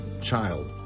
child